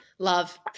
Love